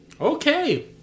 Okay